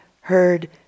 heard